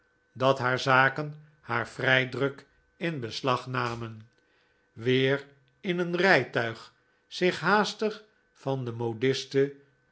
dat haar zaken haar vrij druk in beslag namen weer in een rijtuig zich haastig van de